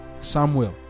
Samuel